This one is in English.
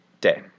day